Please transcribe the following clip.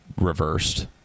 reversed